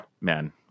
Man